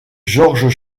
georges